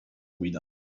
guida